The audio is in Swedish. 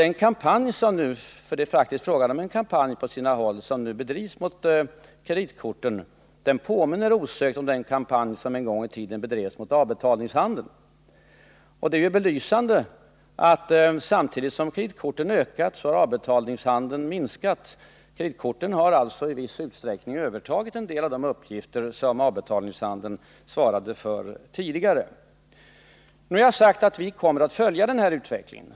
Den kampanj — det är faktiskt på sina håll fråga om en sådan —som nu bedrivs mot kreditkorten påminner osökt om den kampanj Nr 48 som en gång i tiden bedrevs mot avbetalningshandelr. Det är också belysande att samtidigt som antalet kreditkort ökat har avbetalningshandeln minskat. Kreditkorten har alltså i viss uträckning övertagit de uppgifter som avbetalningshandeln tidigare svarade för. Jag har nu sagt att vi skall följa utvecklingen.